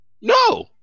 No